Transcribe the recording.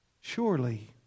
Surely